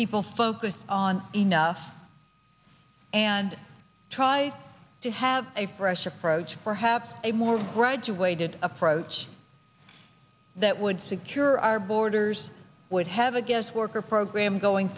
people focus on enough and try to have a fresh approach perhaps a more graduated approach that would secure our borders would have a guest worker program going